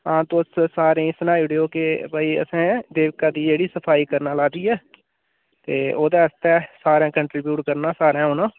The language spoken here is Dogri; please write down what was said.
हां तुस सारें गी सनाई ओड़ेओ के भई असें देवका दी जेह्ड़ी सफाई करना लाए दी ऐ ते ओह्दे आस्ते सारें कन्ट्रिब्यूट करना सारें औना